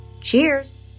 Cheers